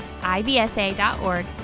ibsa.org